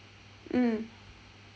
mm